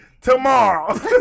tomorrow